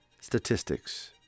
statistics